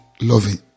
loving